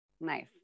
Nice